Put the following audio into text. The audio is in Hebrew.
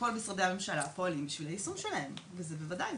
כל משרדי הממשלה פועלים על מנת ליישם אותם וזה בוודאי,